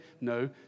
No